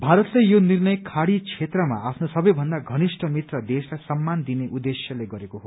भारतले यो निर्णय खाड़ी क्षेत्रमा आफ्नो सबैभन्दा षनिष्ठ मित्र देशलाई सम्मान दिने उद्देश्यले गरेको हो